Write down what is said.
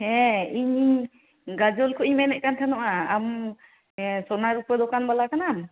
ᱦᱮᱸ ᱤᱧᱤᱧ ᱜᱟᱡᱚᱞ ᱠᱷᱚᱱᱤᱧ ᱢᱮᱱᱮᱫ ᱠᱟᱱ ᱛᱟᱦᱮᱱᱚᱜᱼᱟ ᱟᱢ ᱥᱚᱱᱟ ᱨᱩᱯᱟᱹ ᱫᱚᱠᱟᱱ ᱵᱟᱞᱟ ᱠᱟᱱᱟᱢ